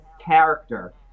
character